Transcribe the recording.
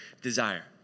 desire